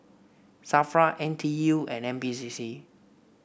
Safra N T U and N P C C